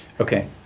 Okay